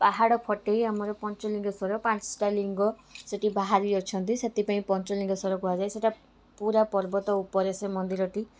ପାହାଡ଼ ଫଟାଇ ଆମର ପଞ୍ଚଲିଙ୍ଗେଶ୍ୱର ପାଞ୍ଚଟା ଲିଙ୍ଗ ସେଇଠି ବାହାରି ଅଛନ୍ତି ସେଥିପାଇଁ ପଞ୍ଚଲିଙ୍ଗେଶ୍ୱର କୁହାଯାଏ ସେଇଟା ପୁରା ପର୍ବତ ଉପରେ ସେ ମନ୍ଦିରଟି